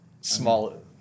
Small